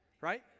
right